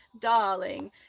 darling